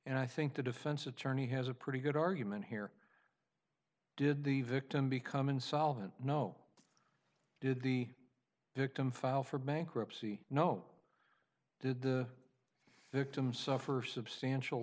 and i think the defense attorney has a pretty good argument here did the victim become insolvent no did the victim file for bankruptcy no did the victim suffer substantial